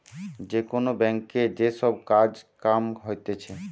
যে কোন ব্যাংকে যে সব কাজ কাম হতিছে